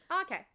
Okay